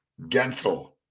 Gensel